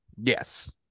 yes